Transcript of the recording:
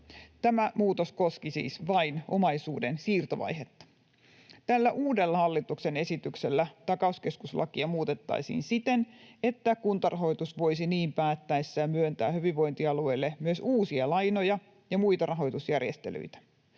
Tämä muutos koski siis vain omaisuuden siirtovaihetta. Tällä uudella hallituksen esityksellä takauskeskuslakia muutettaisiin siten, että Kuntarahoitus voisi niin päättäessään myöntää hyvinvointialueille myös uusia lainoja ja muita rahoitusjärjestelyitä.